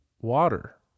water